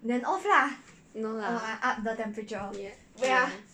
no lah yeah